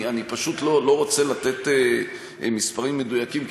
אני פשוט לא רוצה לתת מספרים מדויקים,